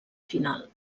final